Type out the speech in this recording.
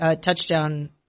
touchdown